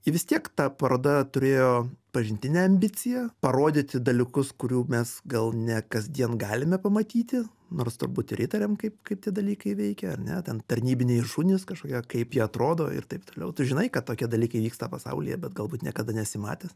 ir vis tiek ta paroda turėjo pažintinę ambiciją parodyti dalykus kurių mes gal ne kasdien galime pamatyti nors turbūt ir įtariam kaip kaip tie dalykai veikia ar ne ten tarnybiniai šunys kažkokie kaip jie atrodo ir taip toliau tu žinai kad tokie dalykai vyksta pasaulyje bet galbūt niekada nesi matęs